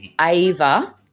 Ava